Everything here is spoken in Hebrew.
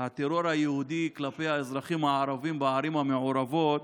הטרור היהודי כלפי האזרחים הערבים בערים המעורבות